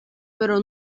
pero